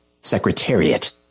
Secretariat